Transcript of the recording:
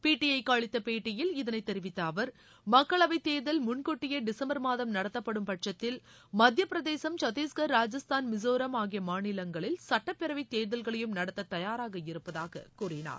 பிடிஐக்கு அளித்த பேட்டியில் இதனை தெரிவித்த அவர் மக்களவைத் தேர்தல் முன்கூட்டியே டிசும்பர் மாதம் நடத்தப்படும் பட்சத்தில் மத்தியபிரதேசம் சத்தீஸ்கர் ராஜஸ்தான் மிசோரம் ஆகிய மாநிலங்களில் சட்டப்பேரவைத்தேர்தல்களையும் நடத்த தயாராக இருப்பதாக கூறினார்